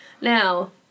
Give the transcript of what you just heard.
Now